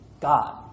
God